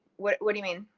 what what do you mean?